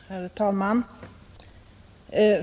Herr talman!